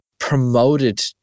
Promoted